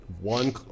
one